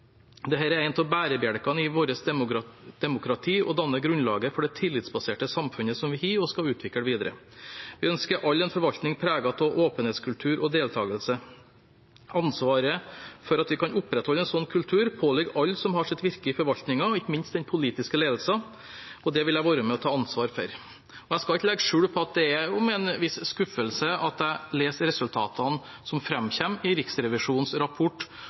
er en av bærebjelkene i vårt demokrati og danner grunnlaget for det tillitsbaserte samfunnet vi har, og som vi skal utvikle videre. Vi ønsker alle en forvaltning preget av åpenhetskultur og deltagelse. Ansvaret for at vi kan opprettholde en slik kultur, påligger alle som har sitt virke i forvaltningen, ikke minst den politiske ledelsen. Dette vil jeg være med og ta ansvaret for. Jeg skal ikke legge skjul på at det er med en viss skuffelse jeg leser resultatene som framkommer i Riksrevisjonens rapport